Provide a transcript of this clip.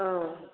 औ